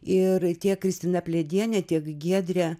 ir tiek kristina pledienė tiek giedrė